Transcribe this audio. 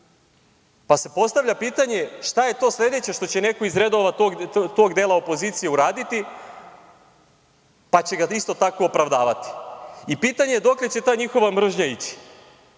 SNS.Postavlja se pitanje - šta je to sledeće što će neko iz redova tog dela opozicije uraditi, pa će ga isto tako opravdavati i pitanje je - dokle će ta njihova mržnja ići?